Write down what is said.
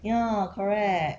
ya correct